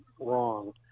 wrong